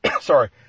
sorry